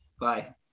bye